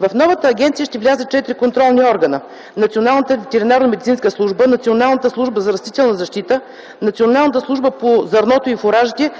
В новата агенция ще влязат четири контролни органа – Националната ветеринарномедицинска служба, Националната служба за растителна защита, Националната служба по зърното и фуражите,